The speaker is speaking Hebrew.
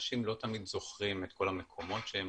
אנשים לא תמיד זוכרים את כל המקומות שהם